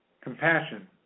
Compassion